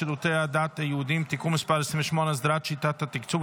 שר המורשת אליהו להציג את החלטת הממשלה.